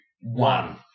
One